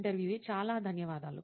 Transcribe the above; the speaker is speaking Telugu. ఇంటర్వ్యూఈ చాలా ధన్యవాదాలు